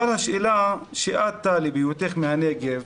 אבל השאלה שאת, טלי, בהיותך מהנגב,